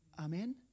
Amen